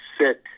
sick